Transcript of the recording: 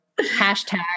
hashtag